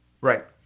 Right